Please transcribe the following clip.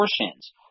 portions